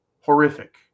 horrific